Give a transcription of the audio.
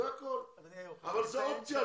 זאת אופציה.